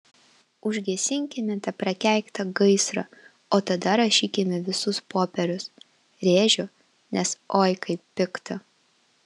užgesinkime tą prakeiktą gaisrą o tada rašykime visus popierius rėžiu nes oi kaip pikta